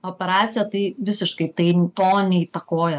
operacija tai visiškai tai to neįtakoja